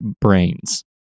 brains